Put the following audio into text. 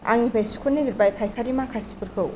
आंनिफ्राय सिख'नो नागिरबाय फायखारि माखासेफोरखौ